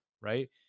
right